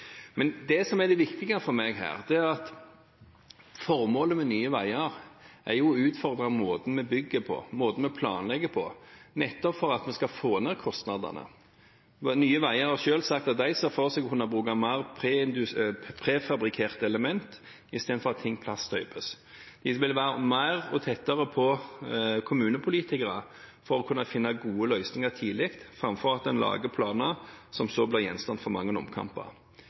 Men det viktige for meg her er at formålet med Nye Veier er å utfordre måten vi bygger på, måten vi planlegger på, nettopp for å få ned kostnadene. Nye Veier har selv sagt at de ser for seg å kunne bruke mer prefabrikerte elementer i stedet for at ting plasstøpes. De vil være mer og tettere på kommunepolitikere for å kunne finne gode løsninger tidlig, framfor å lage planer som så blir gjenstand for mange omkamper.